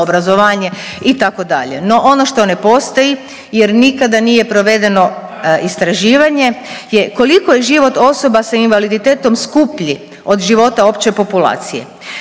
itd., no ono što ne postoji jer nikada nije provedeno istraživanje je koliko je život osoba s invaliditetom skuplji od života opće populacije.